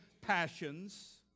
passions